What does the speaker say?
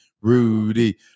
Rudy